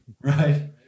Right